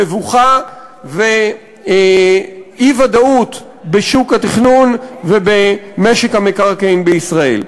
מבוכה ואי-ודאות בשוק התכנון ובמשק המקרקעין בישראל.